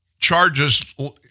charges